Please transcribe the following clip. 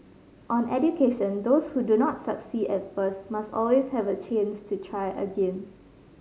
on education those who do not succeed at first must always have a chance to try again